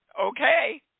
okay